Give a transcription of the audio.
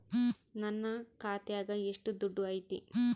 ನನ್ನ ಖಾತ್ಯಾಗ ಎಷ್ಟು ದುಡ್ಡು ಐತಿ?